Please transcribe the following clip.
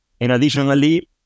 additionally